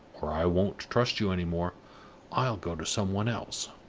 or i won't trust you any more i'll go to somebody else!